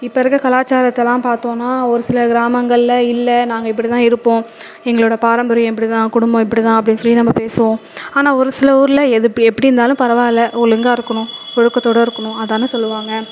இப்போ இருக்க கலாச்சாரத்தெல்லாம் பார்த்தோன்னா ஒரு சில கிராமங்கள்ல இல்லை நாங்கள் இப்படி தான் இருப்போம் எங்களோட பாரம்பரியம் இப்படி தான் குடும்பம் இப்படி தான் அப்படினு சொல்லி நம்ம பேசுவோம் ஆனால் சில ஊர்ல எது எப்படி இருந்தாலும் பரவாயில்ல ஒழுங்காக இருக்கணும் ஒழுக்கத்தோட இருக்கணும் அதான் சொல்லுவாங்கள்